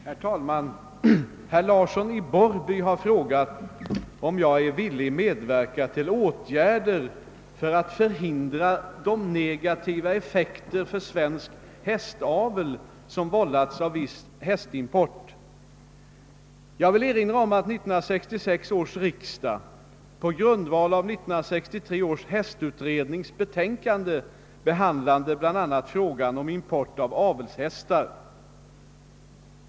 Herr talman! Herr Larsson i Borrby har frågat om jag är villig medverka till åtgärder för att förhindra de negativa effekter för svensk hästavel som vållats av viss hästimport. Jag vill erinra om att 1966: års riksdag på grundval av 1963 års hästutrednings betänkande behandlade bl.a. frågan om import av avelshästar.